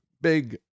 big